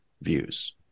views